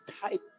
type